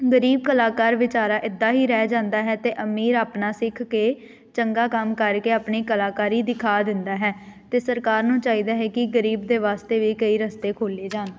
ਗਰੀਬ ਕਲਾਕਾਰ ਵਿਚਾਰਾ ਇੱਦਾਂ ਹੀ ਰਹਿ ਜਾਂਦਾ ਹੈ ਅਤੇ ਅਮੀਰ ਆਪਣਾ ਸਿੱਖ ਕੇ ਚੰਗਾ ਕੰਮ ਕਰਕੇ ਆਪਣੀ ਕਲਾਕਾਰੀ ਦਿਖਾ ਦਿੰਦਾ ਹੈ ਅਤੇ ਸਰਕਾਰ ਨੂੰ ਚਾਹੀਦਾ ਹੈ ਕਿ ਗਰੀਬ ਦੇ ਵਾਸਤੇ ਵੀ ਕਈ ਰਸਤੇ ਖੋਲ੍ਹੇ ਜਾਣ